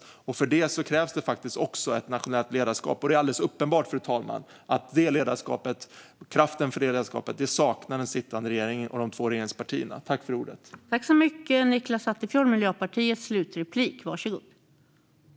För det krävs faktiskt också ett nationellt ledarskap, och det är alldeles uppenbart, fru talman, att den sittande regeringen och de två regeringspartierna saknar kraften för det ledarskapet.